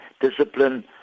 discipline